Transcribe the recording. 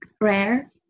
rare